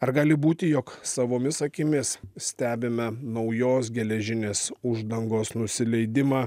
ar gali būti jog savomis akimis stebime naujos geležinės uždangos nusileidimą